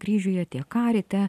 kryžiuje tiek karite